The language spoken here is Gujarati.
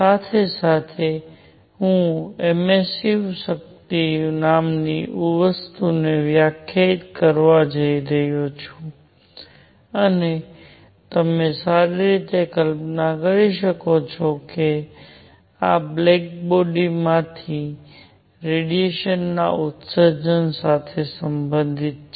સાથે સાથે હું એમિસ્સીવ શક્તિ નામની વસ્તુને વ્યાખ્યાયિત કરવા જઈ રહ્યો છું અને તમે સારી રીતે કલ્પના કરી શકો છો કે આ બોડીમાંથી રેડિયેશન ના ઉત્સર્જન સાથે સંબંધિત છે